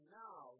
now